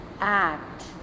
act